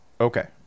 Okay